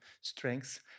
strengths